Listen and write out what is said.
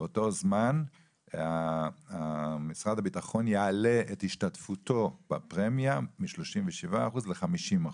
באותו זמן משרד הביטחון יעלה את השתתפותו בפרמיה מ-37% ל-50%.